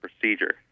procedure